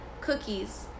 Cookies